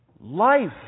Life